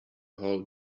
whole